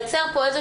כדי להחריג את זה